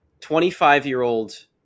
25-year-old